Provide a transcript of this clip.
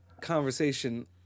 conversation